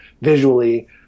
visually